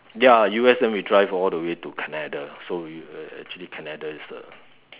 ya U_S then we drive all the way to Canada so you uh uh actually Canada is the